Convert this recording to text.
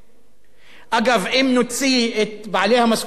אגב, אם נוציא את בעלי המשכורות הגבוהות,